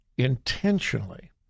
Intentionally